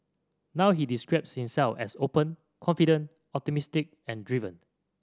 now he describes himself as open confident optimistic and driven